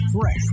fresh